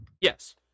Yes